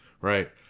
right